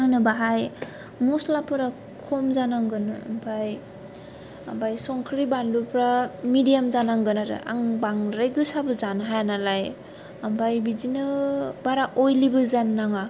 आंनो बाहाय मस्लाफोरा खम जानांगोन आमफ्राय संख्रि बान्लुफ्रा मिडियाम जानांगोन आरो आं बांद्राय गोसाबो जानो हाया नालाय आमफ्राय बिदिनो बारा अयलिबो जानो नाङा